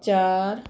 ਚਾਰ